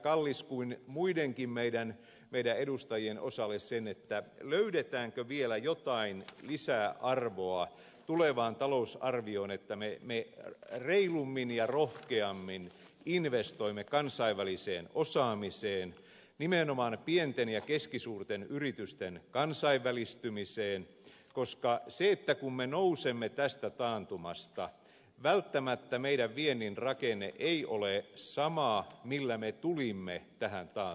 kalliksen kuin muidenkin meidän edustajien osalta sen löydetäänkö vielä jotain lisäarvoa tulevaan talousarvioon että me reilummin ja rohkeammin investoimme kansainväliseen osaamiseen nimenomaan pienten ja keskisuurten yritysten kansainvälistymiseen koska kun me nousemme tästä taantumasta välttämättä meidän vientimme rakenne ei ole sama millä me tulimme tähän taantumaan